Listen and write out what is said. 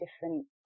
different